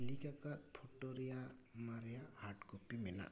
click ᱟᱠᱟᱫ photo ᱨᱮᱭᱟᱜ ᱢᱟᱨᱮᱭᱟᱜ ᱦᱟᱨᱰ ᱠᱚᱯᱤ ᱢᱮᱱᱟᱜᱼᱟ